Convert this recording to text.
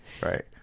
right